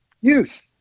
youth